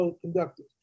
conductors